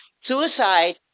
Suicide